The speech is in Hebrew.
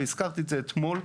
והזכרתי את זה אתמול,